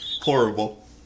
Horrible